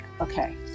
okay